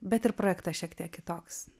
bet ir projektas šiek tiek kitoks